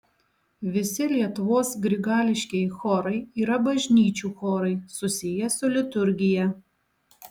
visi lietuvos grigališkieji chorai yra bažnyčių chorai susiję su liturgija